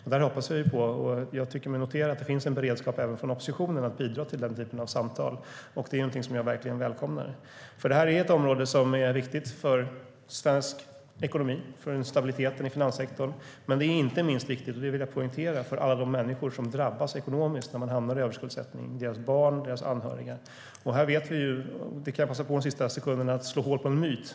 Vi hoppas på en beredskap även från oppositionen att bidra till den typen av samtal, och jag tycker mig notera att en sådan finns. Det är någonting som jag verkligen välkomnar, för det här är ett område som är viktigt för svensk ekonomi och för stabiliteten i finanssektorn. Men det är inte minst viktigt - det vill jag poängtera - för alla de människor som drabbas ekonomiskt när de hamnar i överskuldsättning, liksom för deras barn och andra anhöriga. Under anförandets sista sekunder kan jag passa på att slå hål på en myt.